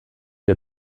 der